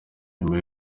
nyuma